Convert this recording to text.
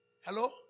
Hello